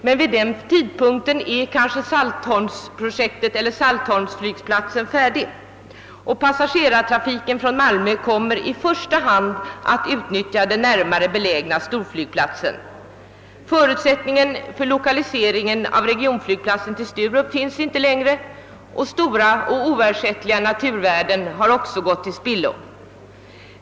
Men vid den tidpunkten är kanske Saltholmflygplatsen färdig, och passagerartrafiken från Malmö kommer i första hand att utnyttja den närmare belägna storflygplatsen. Förutsättningen för lokaliseringen av regionflygplatsen till Sturup finns då inte längre, och stora och oersättliga naturvärden har dessutom gått till spillo.